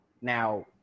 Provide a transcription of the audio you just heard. now